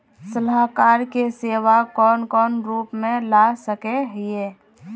सलाहकार के सेवा कौन कौन रूप में ला सके हिये?